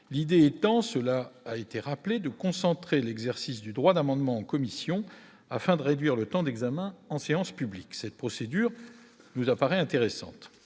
l'idée étant, cela a été rappelé de concentrer l'exercice du droit d'amendement en commission afin de réduire le temps d'examen en séance publique, cette procédure nous apparaît intéressante